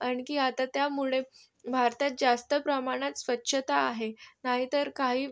आणखी आता त्यामुळे भारतात जास्त प्रमाणात स्वच्छता आहे नाही तर काही